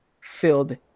filled